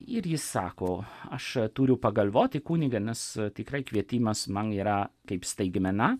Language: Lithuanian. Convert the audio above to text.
ir jis sako aš turiu pagalvoti kunige tikrai kvietimas man yra kaip staigmena